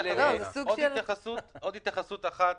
עוד התייחסות אחת.